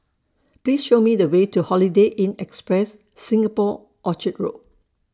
Please Show Me The Way to Holiday Inn Express Singapore Orchard Road